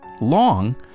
long